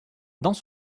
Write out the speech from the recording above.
dans